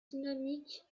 dynamiques